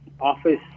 office